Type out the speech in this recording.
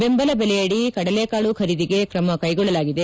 ಬೆಂಬಲ ಬೆಲೆ ಅಡಿ ಕಡಲೆಕಾಳು ಖರೀದಿಗೆ ಕ್ರಮ ಕೈಗೊಳ್ಳಲಾಗಿದೆ